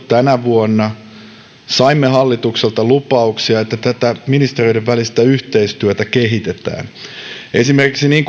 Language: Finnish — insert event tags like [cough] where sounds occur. [unintelligible] tänä vuonna saimme hallitukselta lupauksia että tätä ministeriöiden välistä yhteistyötä kehitetään esimerkiksi niin [unintelligible]